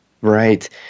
Right